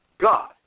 God